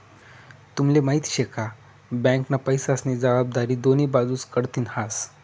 तुम्हले माहिती शे का? बँकना पैसास्नी जबाबदारी दोन्ही बाजूस कडथीन हास